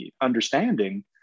understanding